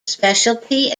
specialty